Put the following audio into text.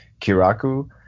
Kiraku